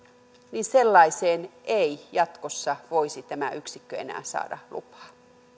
niin sellaiseen ei jatkossa voisi tämä yksikkö enää saada lupaa